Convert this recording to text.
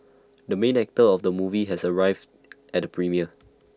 the main actor of the movie has arrived at premiere